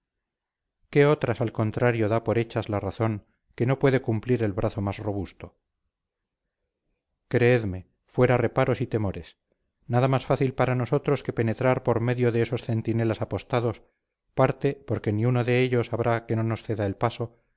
que otras al contrario da por hechas la razón que no puede cumplir el brazo más robusto creedme fuera reparos y temores nada más fácil para nosotros que penetrar por medio de esos centinelas apostados parte porque ni uno de ellos habrá que no nos ceda el paso